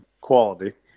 quality